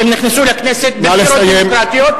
הם נכנסו לכנסת בשיטות דמוקרטיות,